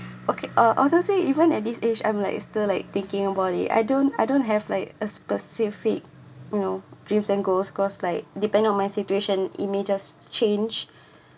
okay uh although say even at this age I'm like still like thinking about it I don't I don't have like a specific you know dreams and goals cause like depend on my situation it may just change